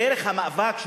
דרך המאבק,